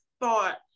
thought